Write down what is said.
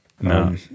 no